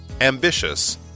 Ambitious